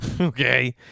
okay